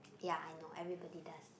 ya I know everybody does